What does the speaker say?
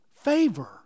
favor